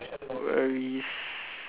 worries